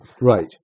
Right